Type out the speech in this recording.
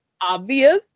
obvious